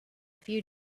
few